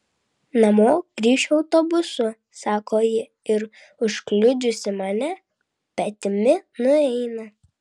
namo grįšiu autobusu sako ji ir užkliudžiusi mane petimi nueina